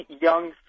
young